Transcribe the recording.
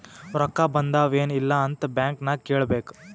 ರೊಕ್ಕಾ ಬಂದಾವ್ ಎನ್ ಇಲ್ಲ ಅಂತ ಬ್ಯಾಂಕ್ ನಾಗ್ ಕೇಳಬೇಕ್